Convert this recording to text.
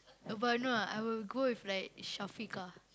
but no ah I will go with like Shafiqah